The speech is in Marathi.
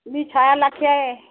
मी छाया लाखे आहे